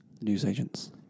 newsagents